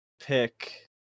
pick